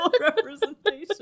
representation